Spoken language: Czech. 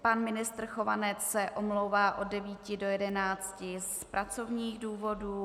Pan ministr Chovanec se omlouvá od 9 do 11 z pracovních důvodů.